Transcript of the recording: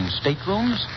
staterooms